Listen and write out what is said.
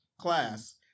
class